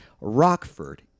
Rockford